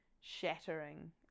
shattering